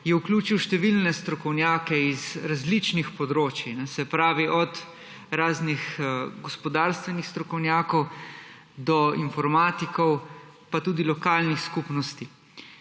je vključil številne strokovnjake z različnih področij, se pravi od raznih gospodarskih strokovnjakov do informatikov pa tudi lokalnih skupnosti.